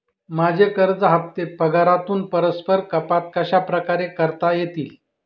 माझे कर्ज हफ्ते पगारातून परस्पर कपात कशाप्रकारे करता येतील?